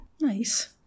Nice